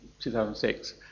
2006